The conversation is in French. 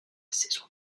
saison